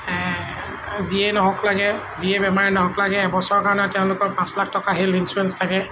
যিয়েই নহওক লাগে যিয়ে বেমাৰেই নহওক লাগে এবছৰৰ কাৰণে তেওঁলোকৰ পাঁচলাখ টকা হেলথ ইঞ্চ্যুৰেঞ্চ থাকে